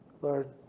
Lord